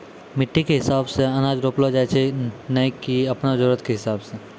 मिट्टी कॅ हिसाबो सॅ अनाज रोपलो जाय छै नै की आपनो जरुरत कॅ हिसाबो सॅ